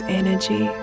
energy